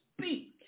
speak